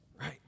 right